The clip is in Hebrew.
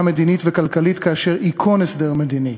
מדינית וכלכלית כאשר ייכון הסדר מדיני,